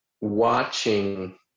watching